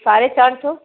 ساڑھے چار سو